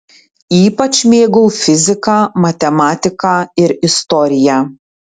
ypač mėgau fiziką matematiką ir istoriją